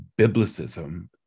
biblicism